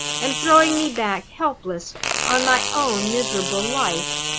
and throwing me back helpless on my own miserable life.